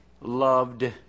loved